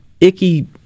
icky